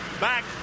back